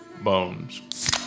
Bones